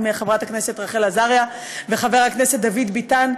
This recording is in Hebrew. חברת הכנסת רחל עזריה וחבר הכנסת דוד ביטן,